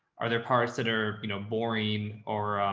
are there parts that are you know boring or,